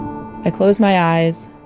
i close my eyes,